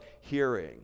hearing